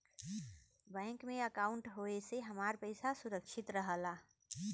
bank में अंकाउट होये से हमार पइसा सुरक्षित रहला